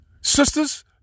Sisters